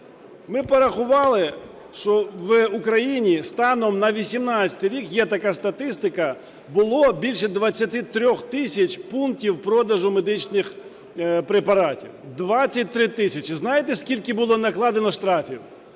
Ми порахували, що в Україні станом на 18-й рік, є так статистика, було більше 23 тисяч пунктів продажу медичних препаратів, 23 тисячі. Знаєте, скільки було накладено штрафів?